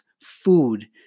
food